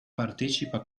partecipa